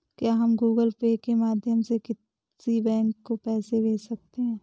क्या हम Google Pay के माध्यम से किसी बैंक को पैसे भेज सकते हैं?